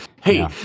hey